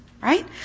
Right